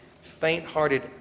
faint-hearted